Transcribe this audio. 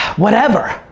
whatever,